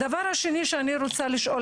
הדבר השני שאני רוצה לשאול,